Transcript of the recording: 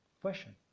question